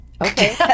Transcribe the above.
Okay